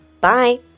Bye